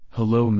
Hello